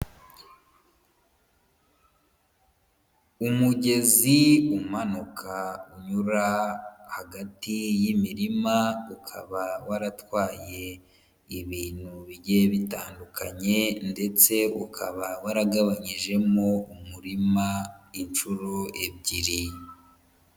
Umugezi umanuka unyura hagati y'imirima, ukaba waratwaye ibintu bigiye bitandukanye, ndetse ukaba waragabanyijemo umurima inshuro ebyiri.